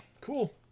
Cool